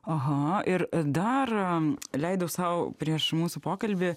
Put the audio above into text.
aha ir dar leidau sau prieš mūsų pokalbį